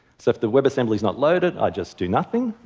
so if the webassembly is not loaded, i just do nothing.